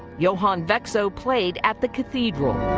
johann vexo played at the cathedral.